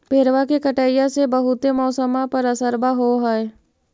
पेड़बा के कटईया से से बहुते मौसमा पर असरबा हो है?